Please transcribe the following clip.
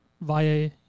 via